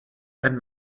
ein